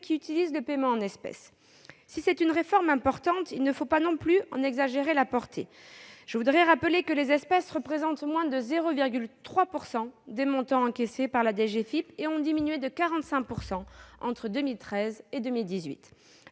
qui utilise le paiement en espèces. Certes, il s'agit d'une réforme importante, mais il ne faut pas non plus en exagérer la portée. À cet égard, je rappelle que les espèces représentent moins de 0,3 % des montants encaissés par la DGFiP : ils ont diminué de 45 % entre 2013 et 2018.